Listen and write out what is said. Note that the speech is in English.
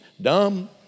Dumb